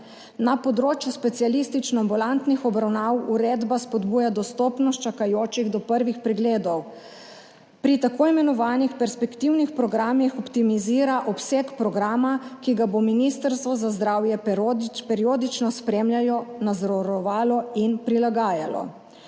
Na področju specialistično-ambulantnih obravnav uredba spodbuja dostopnost čakajočih do prvih pregledov. Pri tako imenovanih perspektivnih programih optimizira obseg programa, ki ga bo Ministrstvo za zdravje periodično spremljalo, nadzorovalo in prilagajalo.